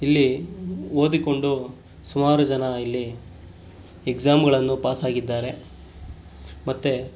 ಇಲ್ಲಿ ಓದಿಕೊಂಡು ಸುಮಾರು ಜನ ಇಲ್ಲಿ ಎಕ್ಸಾಮ್ಗಳನ್ನು ಪಾಸಾಗಿದ್ದಾರೆ ಮತ್ತು